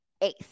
Eighth